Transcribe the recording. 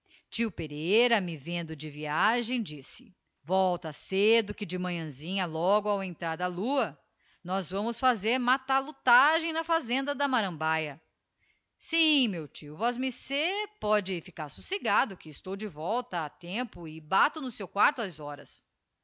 tio pereira me vendo de viagem disse volta cedo que de manhãsinha logo ao entrar da lua nós vamos fazer matalutagem na fazenda da marambaia sim meu tio vosmecê pôde ficar socegado que estou de volta a tempo e bato no seu quarto ás horas